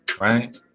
right